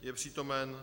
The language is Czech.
Je přítomen.